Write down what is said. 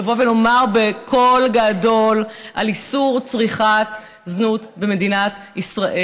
לבוא ולדבר בקול גדול על איסור צריכת זנות במדינת ישראל.